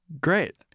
Great